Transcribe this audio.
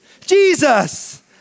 Jesus